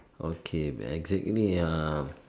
okay but exactly um